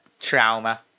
Trauma